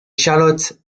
charlotte